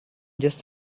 just